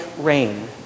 rain